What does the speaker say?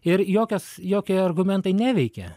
ir jokios jokie argumentai neveikia